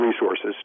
resources